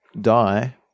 die